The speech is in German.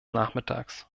nachmittags